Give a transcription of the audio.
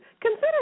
consider